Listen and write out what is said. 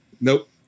Nope